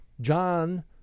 John